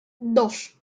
dos